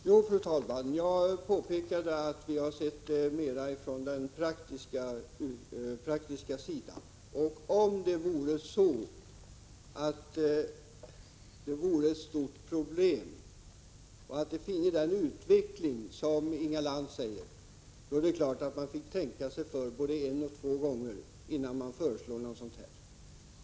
Fru talman! Jag påpekade att vi har sett mer praktiskt på denna fråga. Om detta skulle vara ett stort problem, och om det skulle leda till den utveckling som Inga Lantz talade om, då är det klart att man hade fått tänka sig för både en och två gånger innan man föreslog något sådant.